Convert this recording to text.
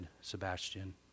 sebastian